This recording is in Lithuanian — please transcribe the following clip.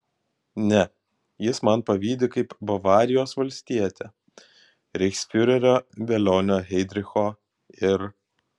ne jis man pavydi kaip bavarijos valstietė reichsfiurerio velionio heidricho ir